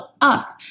up